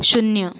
शून्य